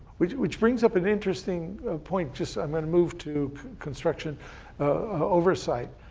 which which brings up an interesting point. just, i'm gonna move to construction oversight.